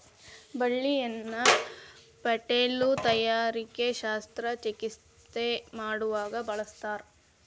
ಬಳ್ಳಿಯನ್ನ ಪೇಟಿಲು ತಯಾರಿಕೆ ಶಸ್ತ್ರ ಚಿಕಿತ್ಸೆ ಮಾಡುವಾಗ ಬಳಸ್ತಾರ